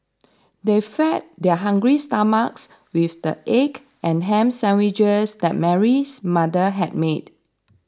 they fed their hungry stomachs with the egg and ham sandwiches that Mary's mother had made